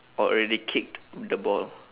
or already kicked the ball